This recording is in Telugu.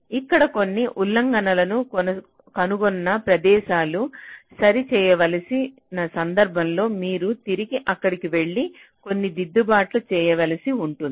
ఇక్కడ కొన్ని ఉల్లంఘనలను కనుగొన్న ప్రదేశాలు స రి చేయవలసిన సందర్భంలో మీరు తిరిగి అక్కడ వెళ్లి కొన్ని దిద్దుబాట్లు చేయవలసి ఉంటుంది